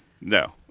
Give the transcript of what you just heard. No